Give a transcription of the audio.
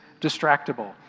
distractible